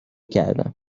کردم